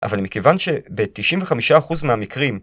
אבל מכיוון שב-95% מהמקרים